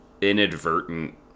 inadvertent